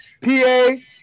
P-A